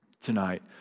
tonight